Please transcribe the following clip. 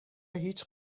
هیچ